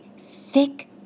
thick